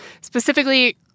specifically